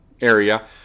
area